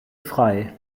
frei